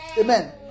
Amen